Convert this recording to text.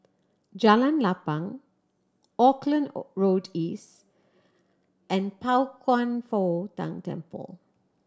Jalan Lapang Auckland O Road East and Pao Kwan Foh Tang Temple